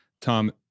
tom